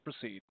proceed